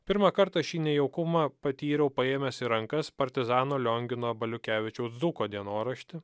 pirmą kartą šį nejaukumą patyriau paėmęs į rankas partizano liongino baliukevičiaus dzūko dienoraštį